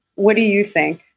what do you think?